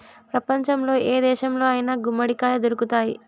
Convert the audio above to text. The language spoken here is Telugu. ప్రపంచంలో ఏ దేశంలో అయినా గుమ్మడికాయ దొరుకుతాయి